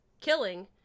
killing